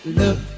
look